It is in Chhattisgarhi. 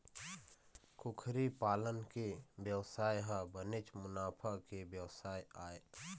कुकरी पालन के बेवसाय ह बनेच मुनाफा के बेवसाय आय